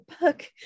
book